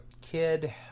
kid